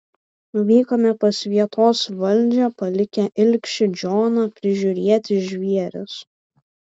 nuvykome pas vietos valdžią palikę ilgšį džoną prižiūrėti žvėris